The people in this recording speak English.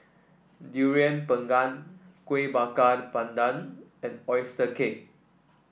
Durian Pengat Kueh Bakar Pandan and oyster cake